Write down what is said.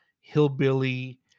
hillbilly